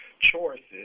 choices